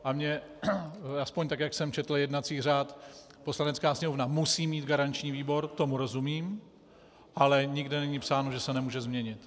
A aspoň tak, jak jsem četl jednací řád, Poslanecká sněmovna musí mít garanční výbor, tomu rozumím, ale nikde není psáno, že se nemůže změnit.